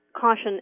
caution